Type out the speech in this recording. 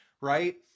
Right